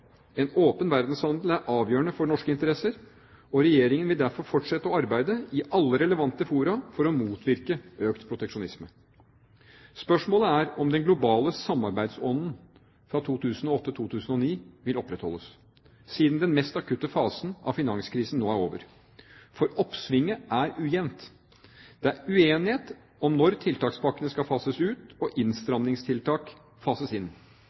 En åpen verdenshandel er avgjørende for norske interesser. Regjeringen vil derfor fortsette å arbeide i alle relevante fora for å motvirke økt proteksjonisme. Spørsmålet er om den globale samarbeidsånden fra 2008 og 2009 vil opprettholdes, siden den mest akutte fasen av finanskrisen nå er over. For oppsvinget er ujevnt. Det er uenighet om når tiltakspakkene skal fases ut og innstrammingstiltak fases inn.